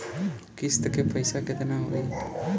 किस्त के पईसा केतना होई?